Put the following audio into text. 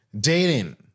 dating